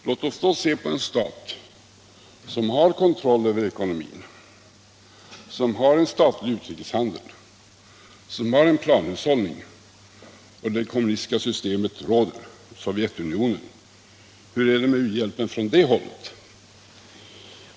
Låt oss då se på en stat som har kontroll över ekonomin, som har en statlig utrikeshandel, som har en planhushållning och där det kommunistiska systemet råder — Sovjetunionen. Hur är det med u-hjälpen från det hållet?